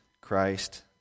Christ